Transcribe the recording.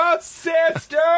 Sister